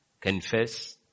confess